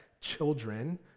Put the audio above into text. children